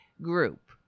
group